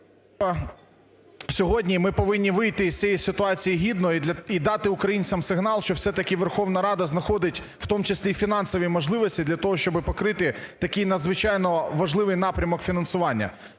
Сьогодні ми повинні вийти із цієї ситуації гідно і дати українцям сигнал, що все-таки Верховна Рада знаходить в тому числі і фінансові можливості для того, щоб покрити такий надзвичайно важливий напрямок фінансування.